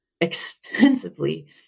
extensively